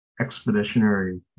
expeditionary